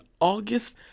August